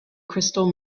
crystal